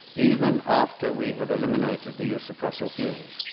even after we have eliminated the use of fossil fuels.